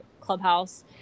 clubhouse